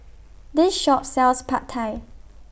This Shop sells Pad Thai